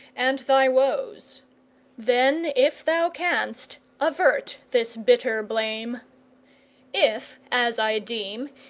and thy woes then, if thou canst, avert this bitter blame if, as i deem,